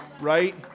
right